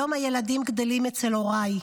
היום הילדים גדלים אצל הוריי,